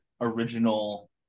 original